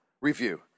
review